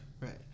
Right